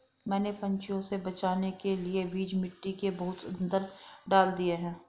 मैंने पंछियों से बचाने के लिए बीज मिट्टी के बहुत अंदर डाल दिए हैं